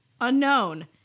Unknown